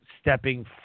stepping